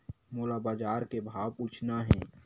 मोला बजार के भाव पूछना हे?